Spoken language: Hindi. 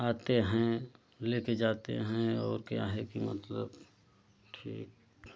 आते हैं लेकर जाते हैं और क्या है कि मतलब ठीक